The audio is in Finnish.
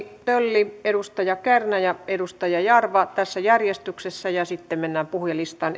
tölli edustaja kärnä ja edustaja jarva tässä järjestyksessä ja sitten mennään puhujalistaan